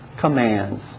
commands